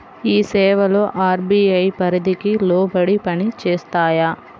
ఈ సేవలు అర్.బీ.ఐ పరిధికి లోబడి పని చేస్తాయా?